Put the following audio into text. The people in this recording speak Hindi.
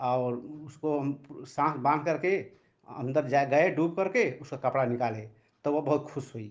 और उसको हम साँस बाँध करके अंदर जा गए डूब कर के उसका कपड़ा निकाले तो वह बहुत खुस हुई